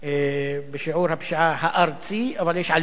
בשיעור הפשיעה הארצי, אבל יש עלייה